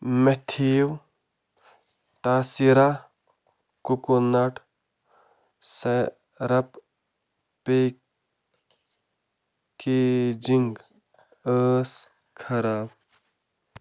مٮ۪تھیٖو ٹایسیرہ coconut syrup packaging ٲس خراب